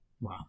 Wow